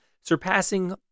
surpassing